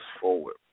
forward